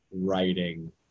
writing